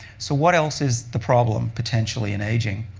so what else is the problem potentially in aging?